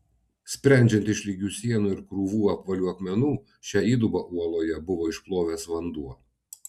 sprendžiant iš lygių sienų ir krūvų apvalių akmenų šią įdubą uoloje buvo išplovęs vanduo